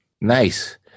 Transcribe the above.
Nice